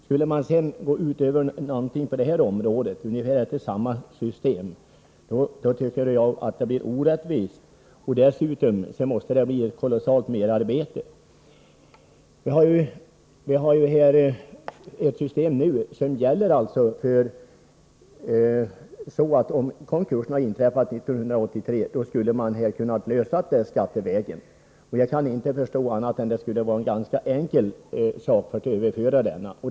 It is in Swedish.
Skulle man sedan på det här området gå utöver detta med ett liknande system tycker jag blir orättvist. Dessutom måste det bli ett kolossalt merarbete. Vi har ett system nu som, om konkursen hade inträffat 1983, skulle gjort det möjligt att lösa problemet skattevägen. Jag kan inte förstå annat än att det skulle vara en ganska enkel sak att överföra denna kompensation.